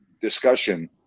discussion